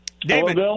David